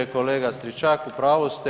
Kolega Stričak u pravu ste.